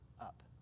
up